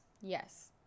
Yes